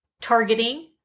targeting